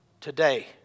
today